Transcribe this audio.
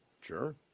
Sure